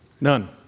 None